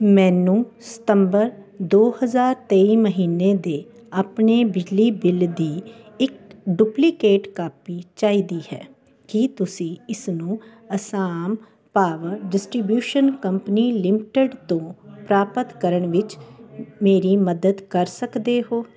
ਮੈਨੂੰ ਸਤੰਬਰ ਦੋ ਹਜ਼ਾਰ ਤੇਈ ਮਹੀਨੇ ਦੇ ਆਪਣੇ ਬਿਜਲੀ ਬਿੱਲ ਦੀ ਇੱਕ ਡੁਪਲੀਕੇਟ ਕਾਪੀ ਚਾਹੀਦੀ ਹੈ ਕੀ ਤੁਸੀਂ ਇਸ ਨੂੰ Assam power distribution company limited ਤੋਂ ਪ੍ਰਾਪਤ ਕਰਨ ਵਿੱਚ ਮੇਰੀ ਮਦਦ ਕਰ ਸਕਦੇ ਹੋ